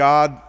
God